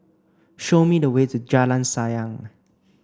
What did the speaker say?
show me the way to Jalan Sayang